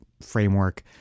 framework